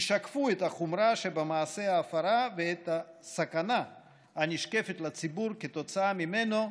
ישקפו את החומרה שבמעשה ההפרה ואת הסכנה הנשקפת לציבור כתוצאה ממנו,